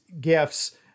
gifts